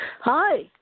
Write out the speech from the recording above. Hi